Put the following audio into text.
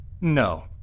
No